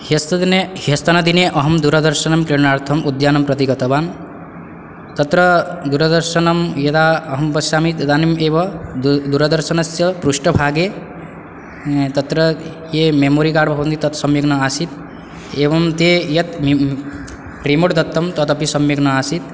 ह्यस्तदिने ह्यस्तनदिने अहं दूरदर्शनं क्रीणार्तंम् उद्यानं प्रति गतवान् तत्र दूरदर्शनं यदा अहं पश्यामि तदानीम् एव दु दूरदर्शनस्य पृष्ठभागे तत्र ये मेमोरि कार्ड् भवन्ति तत् सम्यक् न आसीत् एवं ते यत् रिमोट् दत्तं तदपि सम्यक् न आसीत्